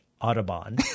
Audubon